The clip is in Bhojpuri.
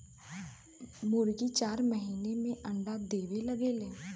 मुरगी चार महिना में अंडा देवे लगेले